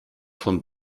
von